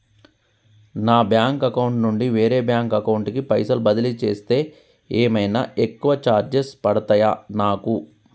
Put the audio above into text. నా bank account నుండి వేరే బ్యాంక్ అకౌంట్ కి పైసల్ బదిలీ చేస్తే ఏమైనా ఎక్కువ చార్జెస్ పడ్తయా నాకు?